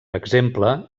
exemple